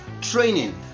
training